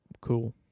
cool